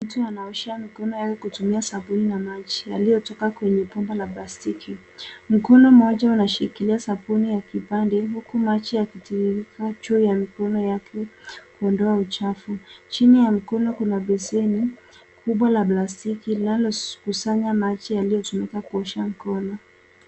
Mtu anaosha mkono wake kutumia sabuni na maji yaliyotoka kwenye bomba la plastiki. Mkono mmoja unashikilia sabuni ya kipande huku maji yakitiririka juu ya mkono yake kuondoa uchafu. Chini ya mkono kubwa la plastiki linalokusanya maji yaliyotumika kuosha mkono.